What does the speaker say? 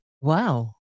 Wow